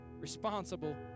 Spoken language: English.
responsible